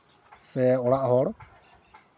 ᱥᱮ ᱚᱲᱟᱜ ᱦᱚᱲ